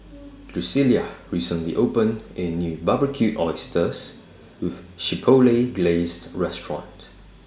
Drucilla recently opened A New Barbecued Oysters with Chipotle Glazed Restaurant